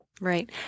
Right